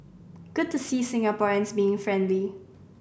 good to see Singaporeans being friendly